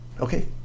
Okay